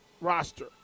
roster